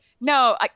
No